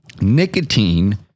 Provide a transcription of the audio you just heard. Nicotine